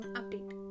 update